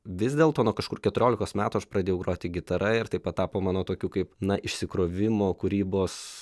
vis dėlto nuo kažkur keturiolikos metų aš pradėjau groti gitara ir tai patapo mano tokiu kaip na išsikrovimo kūrybos